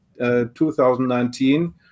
2019